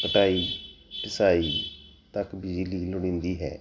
ਕਟਾਈ ਪੀਸਾਈ ਤੱਕ ਬਿਜਲੀ ਲੋੜੀਂਦੀ ਹੈ